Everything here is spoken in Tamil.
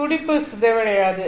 துடிப்பு சிதைவடையாது